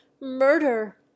murder